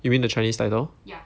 you mean the chinese title